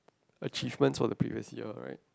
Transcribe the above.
achievement of the periods ya right